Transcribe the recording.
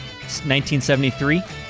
1973